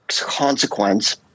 consequence